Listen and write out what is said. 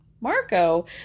Marco